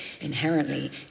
inherently